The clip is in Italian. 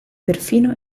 perfino